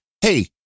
Hey